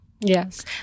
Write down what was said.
yes